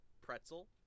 pretzel